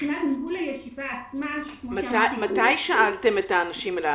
מתי שאלתם את האנשים?